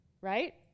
Right